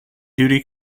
duty